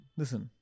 listen